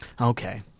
Okay